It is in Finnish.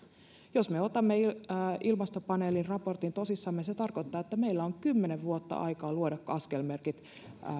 jos me otamme ilmastopaneeliraportin tosissamme se tarkoittaa että meillä on kymmenen vuotta aikaa luoda askelmerkit